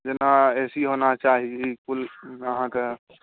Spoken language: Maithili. जेना ए सी होना चाही कूल अहाँके